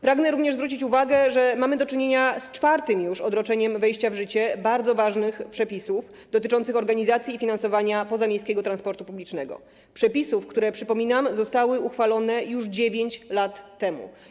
Pragnę również zwrócić uwagę, że mamy do czynienia z czwartym już odroczeniem wejścia w życie bardzo ważnych przepisów dotyczących organizacji i finansowania pozamiejskiego transportu publicznego, przepisów, które zostały uchwalone, przypominam, już 9 lat temu.